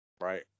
Right